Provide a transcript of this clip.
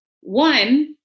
One